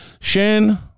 Shane